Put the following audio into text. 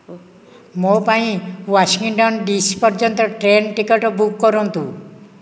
ମୋ ପାଇଁ Washington DC ପର୍ଯ୍ୟନ୍ତ ଟ୍ରେନ୍ ଟିକେଟ୍ ବୁକ୍ କରନ୍ତୁ